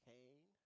Cain